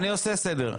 אני עושה סדר.